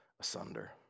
asunder